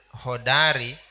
hodari